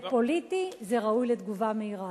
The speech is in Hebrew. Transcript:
זה פוליטי, זה ראוי לתגובה מהירה.